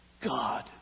God